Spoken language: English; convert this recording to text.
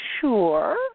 sure